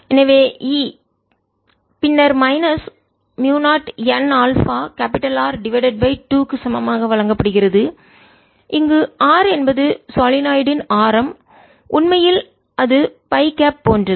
dBdt0nα எனவே E பின்னர் minus மியூ0 n alpha R divided by 2 க்கு சமமாக வழங்கப்படுகிறது இங்கு R என்பது சொலினாய்டு ன் ஆரம் உண்மையில் அது பை கேப் போன்றது